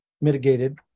mitigated